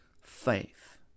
faith